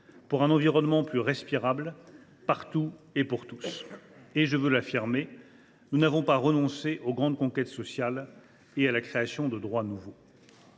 pour un environnement plus respirable, partout et pour tous. Et je veux l’affirmer : nous n’avons pas renoncé aux grandes conquêtes sociales et à la création de droits nouveaux.